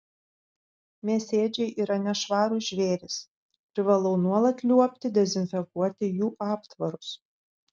mėsėdžiai yra nešvarūs žvėrys privalau nuolat liuobti dezinfekuoti jų aptvarus